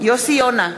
יוסי יונה,